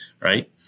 right